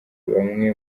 bamwe